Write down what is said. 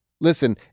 Listen